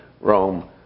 Rome